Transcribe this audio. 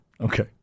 Okay